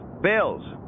bills